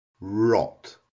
Rot